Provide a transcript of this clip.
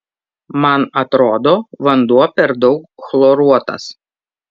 man atrodo vanduo per daug chloruotas